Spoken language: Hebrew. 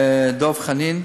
דב חנין,